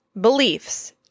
beliefs